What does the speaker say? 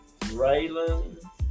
Raylan